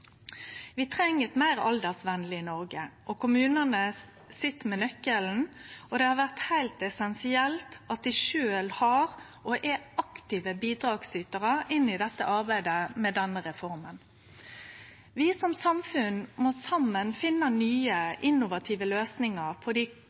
Vi treng eit meir aldersvenleg Noreg, og kommunane sit med nøkkelen. Det har vore heilt essensielt at dei sjølve har vore og er aktive bidragsytarar i dette arbeidet med reforma. Vi som samfunn må saman finne nye,